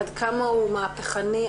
עד כמה הוא מהפכני,